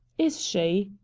is she?